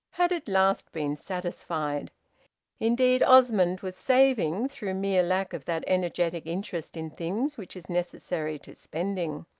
had at last been satisfied indeed osmond was saving, through mere lack of that energetic interest in things which is necessary to spending.